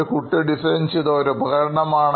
ഒരു കുട്ടി ഡിസൈൻ ചെയ്ത ഒരു ഉപകരണമാണ്